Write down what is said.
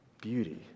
beauty